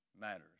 matters